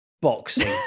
Boxing